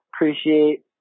Appreciate